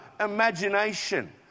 imagination